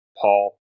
Paul